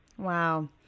Wow